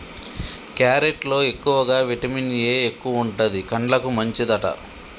carrot లో ఎక్కువగా vitamin A ఎక్కువుంటది, కండ్లకు మంచిదట